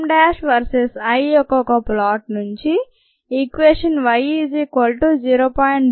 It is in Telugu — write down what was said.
Km వర్సెస్ I యొక్క ఒక ప్లాట్ నుంచి ఈక్వేషన్ y 0